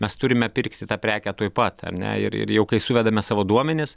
mes turime pirkti tą prekę tuoj pat ar ne ir ir jau kai suvedame savo duomenis